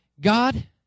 God